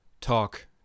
talk